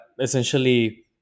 essentially –